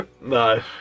No